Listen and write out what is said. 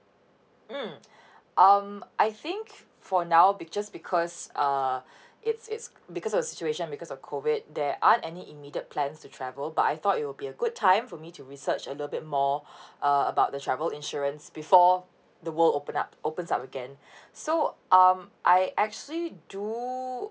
mm um I think for now be~ just because uh it's it's because of situation because of COVID there aren't any immediate plans to travel but I thought it will be a good time for me to research a little bit more uh about the travel insurance before the world open up opens up again so um I actually do